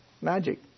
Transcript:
magic